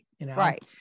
Right